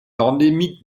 endémique